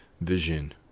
Vision